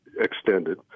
extended